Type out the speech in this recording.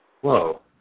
Whoa